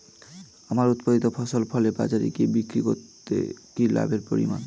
আমার উৎপাদিত ফসল ফলে বাজারে গিয়ে বিক্রি করলে কি লাভের পরিমাণ?